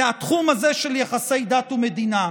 זה התחום הזה של יחסי דת ומדינה,